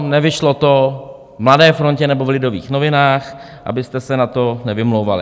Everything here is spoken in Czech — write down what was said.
Nevyšlo to v Mladé frontě nebo v Lidových novinách, abyste se na to nevymlouvali.